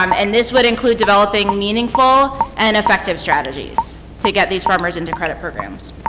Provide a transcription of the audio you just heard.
um and this would include developing meaningful and effective strategies to get these farmers into credit programs.